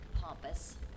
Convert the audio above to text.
pompous